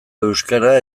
euskara